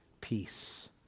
Peace